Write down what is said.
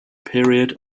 period